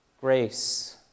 grace